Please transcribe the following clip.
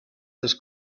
this